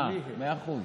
אה, מאה אחוז.